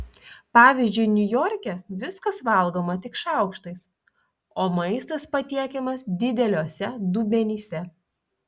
pavyzdžiui niujorke viskas valgoma tik šaukštais o maistas patiekiamas dideliuose dubenyse